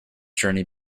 journey